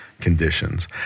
conditions